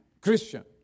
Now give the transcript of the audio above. Christian